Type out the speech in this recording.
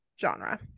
genre